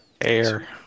air